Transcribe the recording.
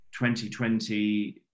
2020